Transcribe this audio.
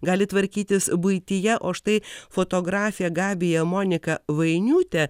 gali tvarkytis buityje o štai fotografė gabija monika vainiutė